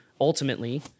ultimately